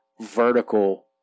vertical